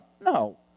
No